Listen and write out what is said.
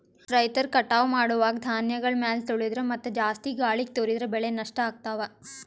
ರೈತರ್ ಕಟಾವ್ ಮಾಡುವಾಗ್ ಧಾನ್ಯಗಳ್ ಮ್ಯಾಲ್ ತುಳಿದ್ರ ಮತ್ತಾ ಜಾಸ್ತಿ ಗಾಳಿಗ್ ತೂರಿದ್ರ ಬೆಳೆ ನಷ್ಟ್ ಆಗ್ತವಾ